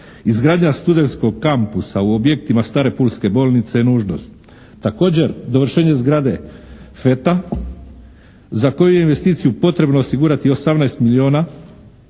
Izgradnja studentskog kampusa u objektima stare pulske bolnice je nužnost. Također dovršenje zgrade FETA za koju je investiciju potrebno osigurati 18 milijuna,